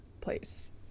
place